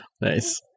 Nice